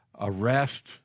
arrest